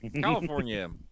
California